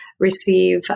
receive